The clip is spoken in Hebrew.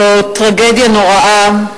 זו טרגדיה נוראה,